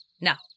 Now